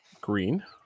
green